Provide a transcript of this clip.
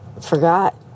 Forgot